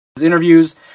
interviews